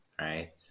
right